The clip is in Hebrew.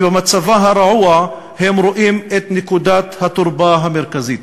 שבמצבה הרעוע הם רואים את נקודת התורפה המרכזית.